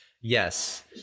Yes